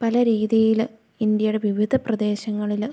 പല രീതിയില് ഇന്ത്യയുടെ വിവിധ പ്രദേശങ്ങളില്